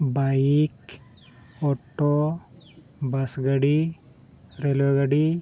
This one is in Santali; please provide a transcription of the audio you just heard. ᱵᱟᱭᱤᱠ ᱚᱴᱳ ᱵᱟᱥ ᱜᱟᱹᱰᱤ ᱨᱮᱹᱞ ᱜᱟᱹᱰᱤ